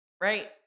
right